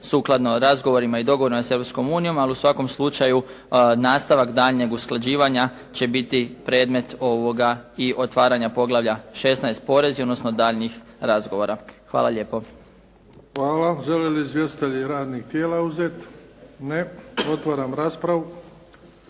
sukladno razgovorima i dogovorima s Europskom unijom ali u svakom slučaju nastavak daljnjeg usklađivanja će biti predmet ovoga i otvaranja poglavlja 16. porezi odnosno daljnjih razgovora. Hvala lijepo. **Bebić, Luka (HDZ)** Hvala. Žele li izvjestitelji radnih tijela uzeti? Ne. Otvaram raspravu.